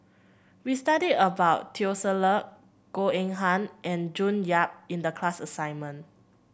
we studied about Teo Ser Luck Goh Eng Han and June Yap in the class assignment